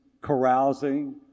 carousing